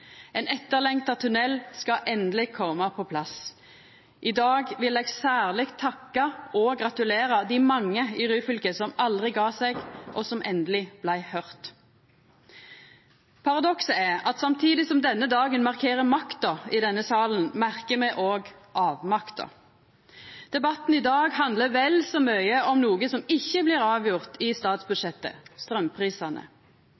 Ein etterlengta tunnel skal endeleg koma på plass. I dag vil eg særleg takka og gratulera dei mange i Ryfylke som aldri gav seg, og som endeleg blei høyrde. Paradokset er at samtidig som denne dagen markerer makta i denne salen, merkar me òg avmakta. Debatten i dag handlar vel så mykje om noko som ikkje blir avgjort i